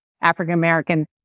African-American